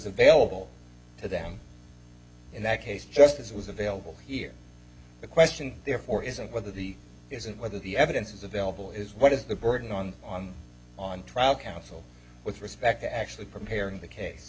available to them in that case just as it was available here the question therefore isn't whether the isn't whether the evidence is available is what is the burden on on on trial counsel with respect to actually preparing the case